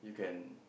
you can